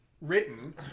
written